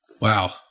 Wow